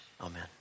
amen